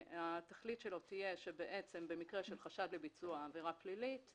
שהתכלית שלו תהיה שבמקרה של חשד לביצוע עבירה פלילית,